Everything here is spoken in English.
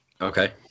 Okay